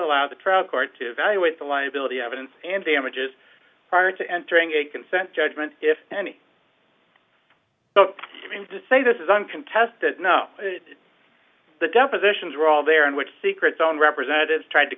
allow the trial court to evaluate the liability evidence and damages prior to entering a consent judgment if any means to say this is uncontested no the depositions were all there in which secrets on representatives tried to